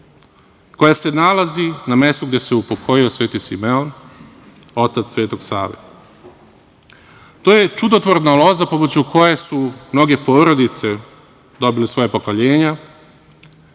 koja se nalazi na mestu gde se upokojio Sveti Simeon, otac Svetog Save. To je čudotvorna loza pomoću koje su mnoge porodice dobile svoja pokoljenja